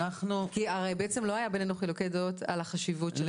כי הרי בעצם לא היו בינינו חילוקי דעות על החשיבות של התפקיד.